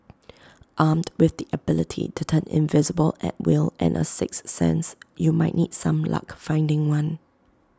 armed with the ability to turn invisible at will and A sixth sense you might need some luck finding one